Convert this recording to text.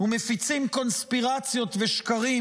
ומפיצים קונספירציות ושקרים,